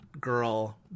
girl